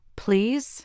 please